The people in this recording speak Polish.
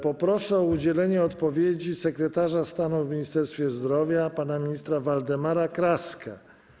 Poproszę o udzielenie odpowiedzi sekretarza stanu w Ministerstwie Zdrowia pana ministra Waldemara Kraskę.